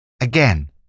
Again